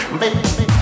baby